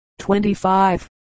25